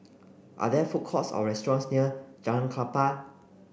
are there food courts or restaurants near Jalan Klapa